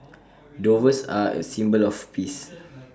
doves are A symbol of peace